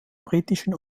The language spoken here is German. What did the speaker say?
britischen